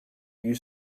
you